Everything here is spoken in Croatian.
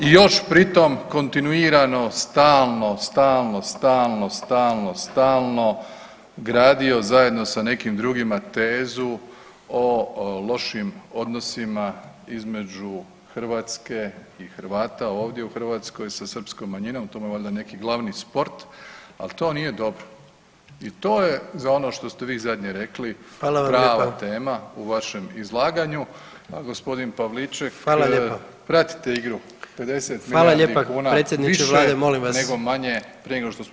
I još pritom kontinuirano, stalno, stalno, stalno, stalno, stalno gradio zajedno sa nekim drugima tezu o lošim odnosima između Hrvatske i Hrvata ovdje u Hrvatskoj sa srpskom manjinom, to vam je valjda neki glavni sport, ali to nije dobro i to je za ono što ste vi zadnje rekli, [[Upadica: Hvala vam lijepa.]] prava tema u vašem izlaganju, a g. Pavliček [[Upadica: Hvala lijepo.]] pratite igru [[Upadica: Hvala lijepa predsjedniče Vlade, molim vas.]] [[Govornici govore istovremeno, ne razumije se.]] više nego manje nego što smo